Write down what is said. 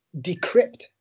decrypt